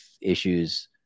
issues